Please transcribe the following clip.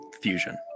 Fusion